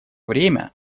время